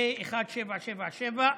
פ/1777,